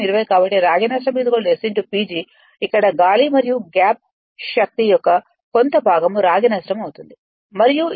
కాబట్టి రాగి నష్టం S PG ఇక్కడ గాలి మరియు గ్యాప్ శక్తి యొక్క కొంత భాగం రాగి నష్టం అవుతుంది మరియు ఇది Pm PG అవుతుంది